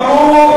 מברוכ.